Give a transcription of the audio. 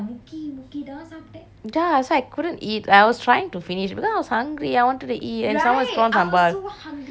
ya so I couldn't eat I was trying to finish because I was hungry I wanted to eat and some more was prawn sambal but I I eat all the prawn